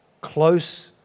close